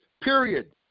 period